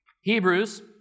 Hebrews